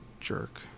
Jerk